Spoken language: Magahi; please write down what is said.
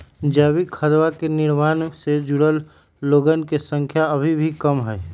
जैविक खदवा के निर्माण से जुड़ल लोगन के संख्या अभी भी कम हई